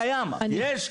יש?